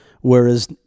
whereas